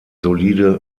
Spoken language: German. solide